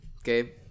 Okay